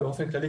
באופן כללי,